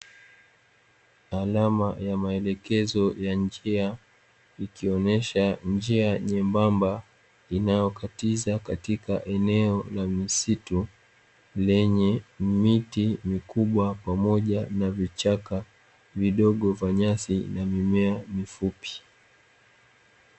Alama ya maelekezo ya njia ikionyesha njia nyembamba, inayokatiza katika eneo la misitu lenye miti mikubwa pamoja na vichaka vidogo vya nyasi na mimea mifupi.